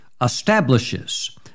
establishes